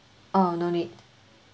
uh no need